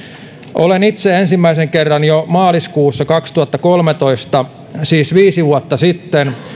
olen itse ensimmäisen kerran jo maaliskuussa kaksituhattakolmetoista siis viisi vuotta sitten